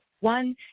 one